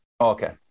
okay